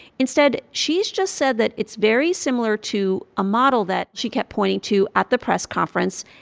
instead, she has just said that it's very similar to a model that she kept pointing to at the press conference,